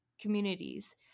communities